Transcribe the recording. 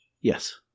Yes